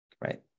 right